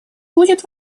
будет